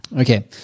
Okay